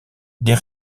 des